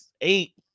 Eight